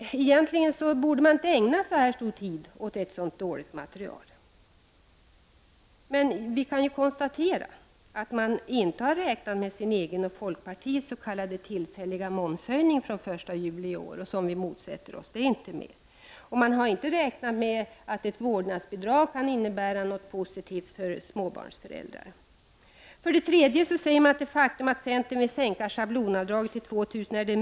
Egentligen borde man inte ägna så här mycket tid åt ett så dåligt material. Vi kan konstatera att man för det första inte har räknat med sin egen och folkpartiets s.k. tillfälliga momshöjning den 1 juli i år, som vi motsätter oss. För det andra har man inte räknat med att vårdnadsbidrag kan innebära något positivt för småbarnsföräldrar. För det tredje säger man att centerns vilja att sänka schablonavdraget till 2 000 kr.